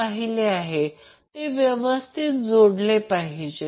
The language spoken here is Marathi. त्याचप्रमाणे फेजनुसार देखील शोधू शकता